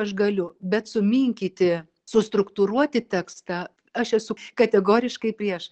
aš galiu bet suminkyti sustruktūruoti tekstą aš esu kategoriškai prieš